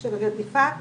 של רדיפת